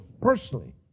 personally